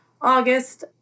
August